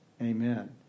Amen